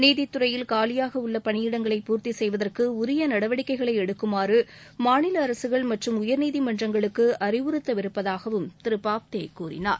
நீதித்துறையில் காலியாக உள்ள பணியிடங்களை பூர்த்தி செய்வதற்கு உரிய நடவடிக்கைகளை எடுக்குமாறு மாநில அரசுகள் மற்றும் உயர்நீதிமன்றங்களுக்கு அறிவுறுத்தவிருப்பதாகவும் திரு பாப்தே கூறினார்